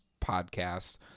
podcast